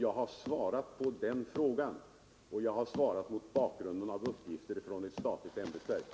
Jag har svarat på den frågan, och jag har gjort det mot bakgrund av uppgifter från ett statligt ämbetsverk.